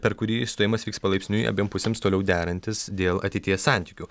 per kurį stojimas vyks palaipsniui abiem pusėms toliau derantis dėl ateities santykių